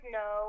no